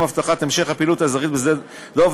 הבטחת המשך הפעילות האזרחית בשדה-דב,